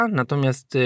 natomiast